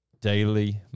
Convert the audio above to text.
daily